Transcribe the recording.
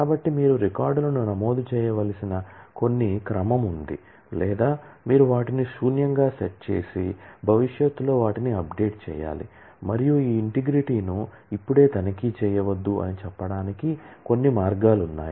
కాబట్టి మీరు రికార్డులను నమోదు చేయవలసిన కొన్ని క్రమం ఉంది లేదా మీరు వాటిని శూన్యంగా సెట్ చేసి భవిష్యత్తులో వాటిని అప్డేట్ చేయాలి మరియు ఈ ఇంటిగ్రిటీను ఇప్పుడే తనిఖీ చేయవద్దు అని చెప్పడానికి కొన్ని మార్గాలు ఉన్నాయి